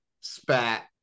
spat